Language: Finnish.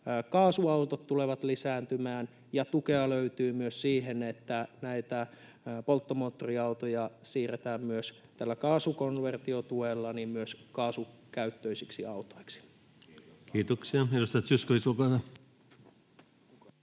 kaasuautot tulevat lisääntymään, ja tukea löytyy myös siihen, että näitä polttomoottoriautoja siirretään myös kaasukonversiotuella kaasukäyttöisiksi autoiksi. Kiitoksia. — Edustaja Zyskowicz, olkaa